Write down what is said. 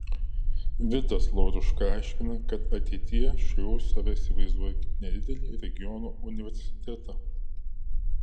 vidas lauruška aiškina kad ateityje šu save įsivaizduoja kaip nedidelį regiono universitetą